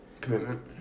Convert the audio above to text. Commitment